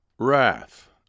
Wrath